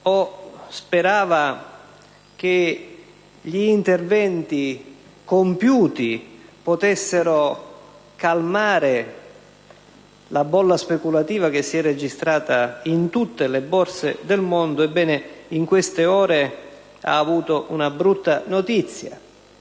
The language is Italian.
o che gli interventi compiuti potessero calmare la bolla speculativa che si è registrata in tutte le Borse del mondo, ebbene in queste ore ha avuto una brutta notizia.